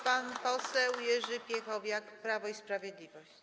Pan poseł Jerzy Piechowiak, Prawo i Sprawiedliwość.